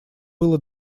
было